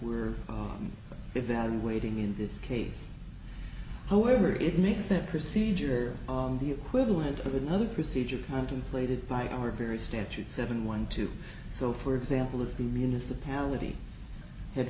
we're evaluating in this case however it makes that procedure the equivalent of another procedure contemplated by our very statute seven one two so for example if the municipality had